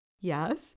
Yes